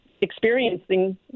experiencing